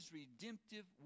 redemptive